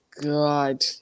God